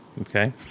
Okay